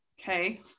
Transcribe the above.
okay